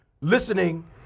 listening